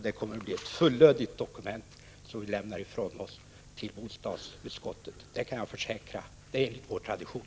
Det kommer att bli ett fullödigt dokument som vi lämnar ifrån oss till bostadsutskottet. Det kan jag försäkra. Det är enligt vår tradition.